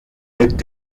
mit